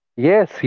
Yes